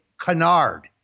canard